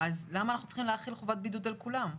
למה צריך להחיל חובת בידוד על כולם?